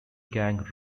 gang